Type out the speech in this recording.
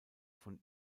von